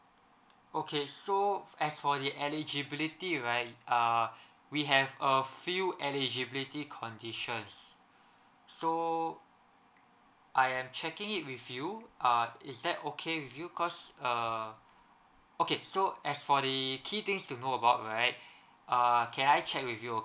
okay so as for the eligibility right uh we have a few eligibility conditions so I am checking it with you uh is that okay with you cause err okay so as for the key things to know about right uh can I check with you